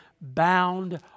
bound